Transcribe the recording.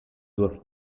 doivent